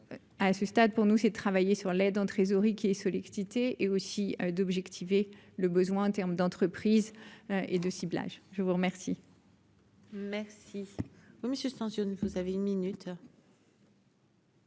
à ce stade, pour nous, c'est de travailler sur l'aide en trésorerie qui est sollicité et aussi d'objectiver le besoin en terme d'entreprise et de ciblage je vous remercie. Merci